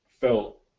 felt